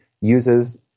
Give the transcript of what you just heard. uses